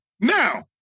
now